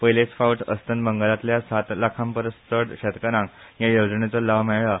पयलेच फावट अस्तत बगालातल्या सात लाखा परस चड शेतकारांक ह्या येवजणेचो लाव मेळ्ळा